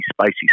spicy